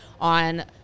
on